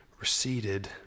receded